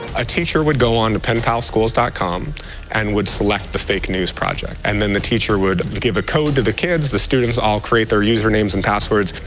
a teacher would go on penpal schools dot com and would select the fake news project and then the teacher would would give a code to the kids. the students all create their usernames and passwords.